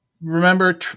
remember